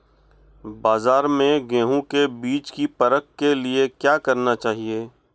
बाज़ार में गेहूँ के बीज की परख के लिए क्या करना चाहिए?